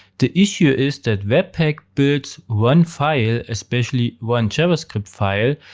the issue is that webpack builds one file, especially one javascript file,